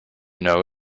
know